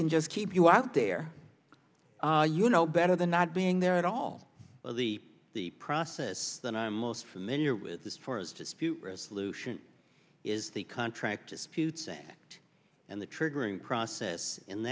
can just keep you out there you know better than not being there at all or the the process that i'm most familiar with this force dispute resolution is the contract disputes and the triggering process and